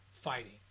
fighting